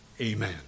Amen